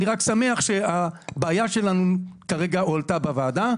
אני רק שמח שהבעיה שלנו כרגע הועלתה בוועדה.